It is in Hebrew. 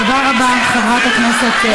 תודה רבה, חברת הכנסת פדידה.